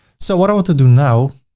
so what i want to do now,